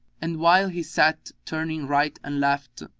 and while he sat turning right and left,